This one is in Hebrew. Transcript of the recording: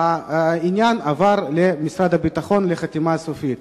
העניין עבר למשרד הביטחון לחתימה סופית.